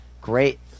Great